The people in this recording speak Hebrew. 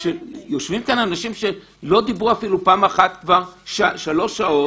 יושבים כאן אנשים שלא דיברו אפילו פעם אחת כבר שלוש שעות.